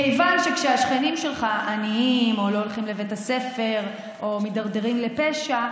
כיוון שכשהשכנים שלך עניים או לא הולכים לבית הספר או מידרדרים לפשע,